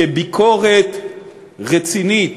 כביקורת רצינית